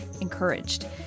encouraged